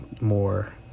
more